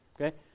okay